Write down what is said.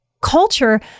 culture